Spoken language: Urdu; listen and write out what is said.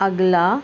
اگلا